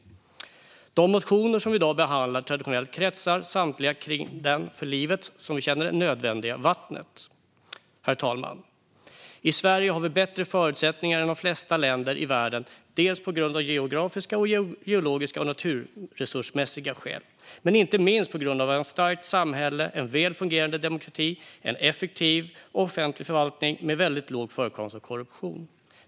De motioner som vi i dag behandlar traditionellt kretsar samtliga till det för livet, så som vi känner det, nödvändiga vattnet. Herr talman! I Sverige har vi bättre förutsättningar än de flesta länder i världen, dels av rent geografiska, geologiska och naturresursmässiga skäl, dels tack vare att vi har ett starkt samhälle, en väl fungerande demokrati och en effektiv offentlig förvaltning med väldigt låg förekomst av korruption.